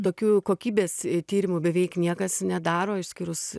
tokių kokybės tyrimų beveik niekas nedaro išskyrus